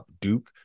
Duke